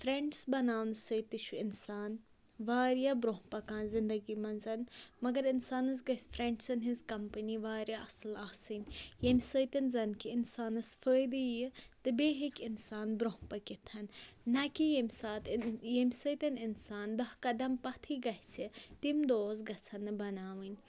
friends بَناونہٕ سۭتۍ تہِ چھُ اِنسان واریاہ برٛونٛہہ پَکان زِندٔگی منٛز مَگَر اِنسانَس گَژھِ فرٛٮ۪نٛڈسَن ہٕنٛز کَمپٔنی واریاہ اَصٕل آسٕنۍ ییٚمۍ سۭتۍ زَنہٕ کہِ اِنسانَس فٲیدٕ ییہِ تہٕ بییٚہِ ہیٚکہِ اِنسان برٛونٛہہ پٔکِتھ نَہ کہِ ییٚمۍ ساتہٕ ییٚمہِ سۭتۍ اِنسان دَہ قَدم پَتھٕے گَژھِ تِم دوس کَژھن نہٕ بَناوٕنۍ